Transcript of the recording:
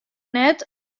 net